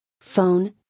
Phone